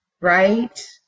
right